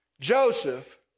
Joseph